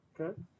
Okay